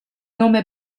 nome